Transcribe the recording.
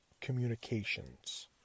communications